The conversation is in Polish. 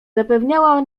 zapewniała